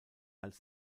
als